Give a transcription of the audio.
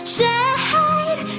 Shine